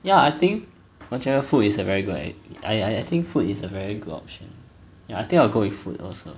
ya I think 我觉得 food is a very good I I I think food is a very good option ya I think I will go with food also